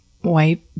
white